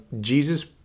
Jesus